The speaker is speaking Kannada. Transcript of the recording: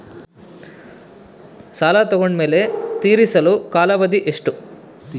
ಸಾಲ ತಗೊಂಡು ಮೇಲೆ ತೇರಿಸಲು ಕಾಲಾವಧಿ ಎಷ್ಟು?